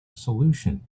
solution